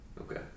Okay